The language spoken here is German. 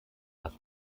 dass